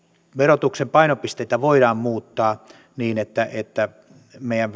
verotuksen painopisteitä voidaan muuttaa niin että että meidän